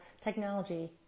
technology